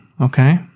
Okay